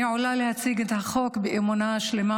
אני עולה להציג את החוק באמונה שלמה